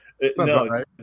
no